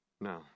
No